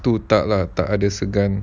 tu tak ada segan